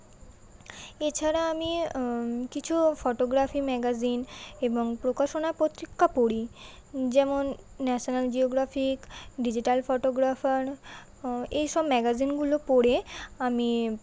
এছাড়া আমি কিছু ফটোগ্রাফি ম্যাগাজিন এবং প্রকাশনা পত্রিকা পড়ি যেমন ন্যাশনাল জিওগ্রাফিক ডিজিটাল ফটোগ্রাফার এইসব ম্যাগাজিনগুলো পড়ে আমি